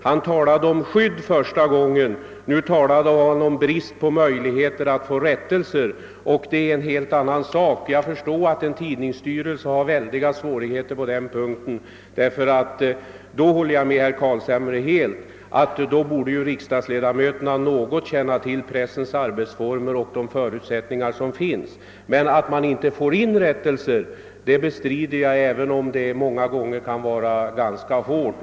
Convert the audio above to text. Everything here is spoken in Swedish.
Han talade om skydd i sitt första inlägg; nu talade han om brist på möjligheter att få rättelse, vilket är en helt annan sak. Jag förstår att en tidningsstyrelse har stora svårigheter på den punkten. Jag håller helt med herr Carlshamre om att riksdagsledamöterna något borde känna till pressens arbetsformer och de förutsättningar som finns. Men att man inte skulle få in rättelser bestrider jag, även om det många gånger kan vara ganska svårt.